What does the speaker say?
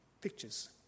pictures